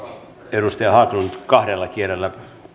edustaja haglund kahdella kielellä